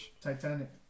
Titanic